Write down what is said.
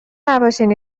نباشین